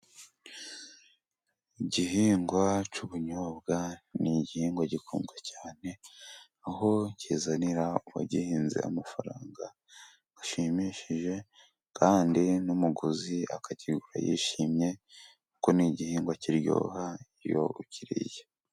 Igihingwa cy'ubunyobwa ni igihingwa gikundwa cyane, aho kizanira uwagihinze amafaranga ashimishije, kandi n'umuguzi akakigura yishimye, kuko ni igihingwa kiryoha iyo ukiriye.